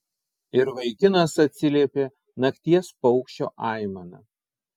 ir vaikinas atsiliepė nakties paukščio aimana